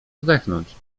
zdechnąć